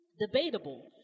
debatable